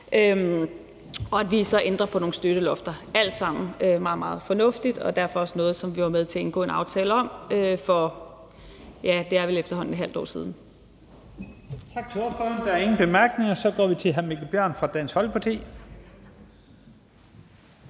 og at vi så ændrer på nogle støttelofter. Det er alt sammen meget, meget fornuftigt og derfor også noget, som vi var med til at indgå en aftale om for, ja, det er vel efterhånden et halvt år siden.